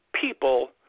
people